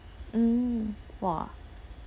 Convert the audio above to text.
mm !wah!